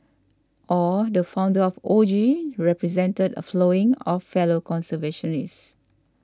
aw the founder of O G represented a following of fellow conservationists